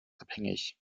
abhängig